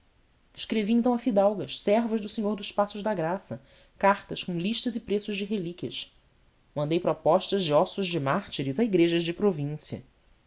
escrevi então a fidalgas servas do senhor dos passos da graça cartas com listas e preços de relíquias mandei propostas de ossos de mártires a igrejas de província